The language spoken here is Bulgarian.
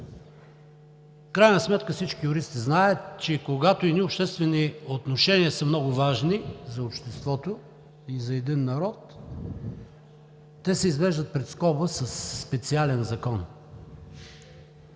крайна сметка всички юристи знаят, че когато едни обществени отношения са много важни за обществото и за един народ, те се извеждат пред скоба със специален закон.